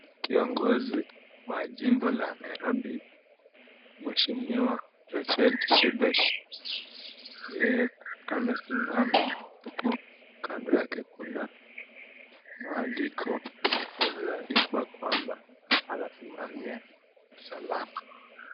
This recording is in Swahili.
Kiongozi wa jimbo la Nairobi, Mheshimiwa Rachel Shebesh. Yeye amesimama, huku kando yake kuna maandiko yaliyoandikwa kwamba anasimamia usalama.